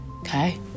Okay